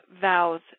vows